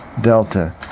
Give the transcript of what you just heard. Delta